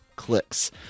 clicks